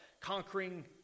conquering